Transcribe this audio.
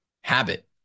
habit